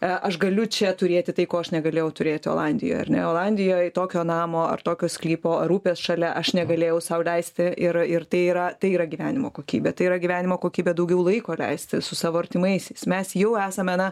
aš galiu čia turėti tai ko aš negalėjau turėti olandijoj ar ne o olandijoe tokio namo ar tokio sklypo ar upės šalia aš negalėjau sau leisti ir ir tai yra tai yra gyvenimo kokybė tai yra gyvenimo kokybė daugiau laiko leisti su savo artimaisiais mes jau esame na